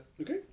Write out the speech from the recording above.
Okay